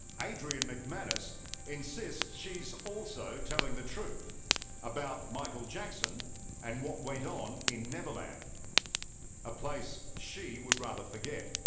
adrian mcmanus insists. she's also telling the truth about michael jackson and what went on in neverland a place she would rather forget